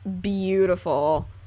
beautiful